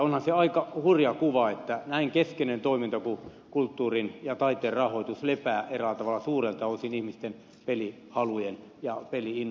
onhan se aika hurja kuva että näin keskeisen toiminnan kuin kulttuurin ja taiteen rahoitus lepää eräällä tavalla suurelta osin ihmisten pelihalujen ja peli innon varassa